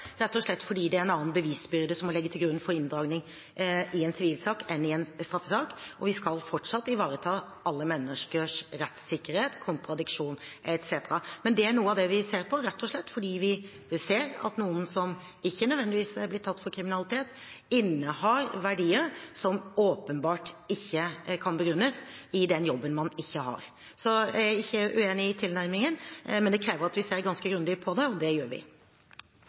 rett og slett fordi det er en annen bevisbyrde som må ligge til grunn for inndragning i en sivilsak enn i en straffesak, og vi skal fortsatt ivareta alle menneskers rettssikkerhet, kontradiksjon etc. Men det er noe av det vi ser på, rett og slett fordi vi ser at noen som ikke nødvendigvis er blitt tatt for kriminalitet, innehar verdier som åpenbart ikke kan begrunnes i den jobben man ikke har. Så jeg er ikke uenig i tilnærmingen, men det krever at vi ser ganske grundig på det, og det gjør vi.